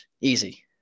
easy